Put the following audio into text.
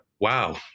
wow